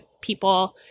people